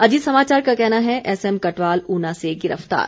अजीत समाचार का कहना है एसएम कटवाल ऊना से गिरफ्तार